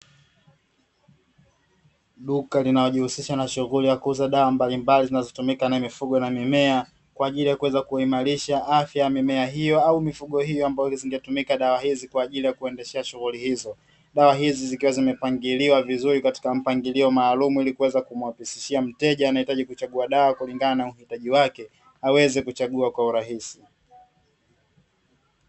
Duka linalojihusisha na shughuli ya kuuza dawa mbalimbali, zinazotumika na mifugo na mimea kwa ajili ya kuweza kuimarisha afya ya mimea hiyo au mifugo hiyo, ambayo zimetumika dawa hizi kwa ajili ya kuendeshea shughuli hizo. Dawa hizi zikiwa zimepangiliwa vizuri katika mpangilio maalumu ili kuweza kumhakikishia mteja anayehitaji kuchagua dawa kulingana na uhitaji wake, aweze kuchagua kwa urahisi.